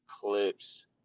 Clips